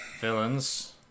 Villains